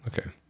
Okay